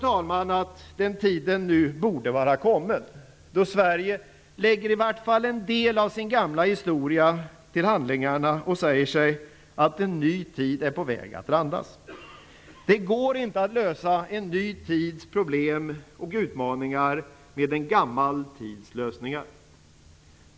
Jag tror att den tiden nu borde vara kommen då Sverige i vart fall lägger en del av sin gamla historia till handlingarna och säger sig att en ny tid är på väg att randas. Det går inte att lösa en ny tids problem och utmaningar med en gammal tids lösningar.